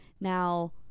Now